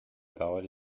parole